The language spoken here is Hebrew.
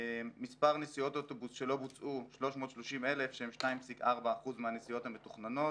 מספר נסיעות אוטובוס שלא בוצעו 330,000 שהם 2.4% מהנסיעות המתוכננות,